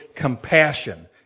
compassion